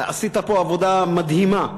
עשית פה עבודה מדהימה.